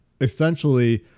essentially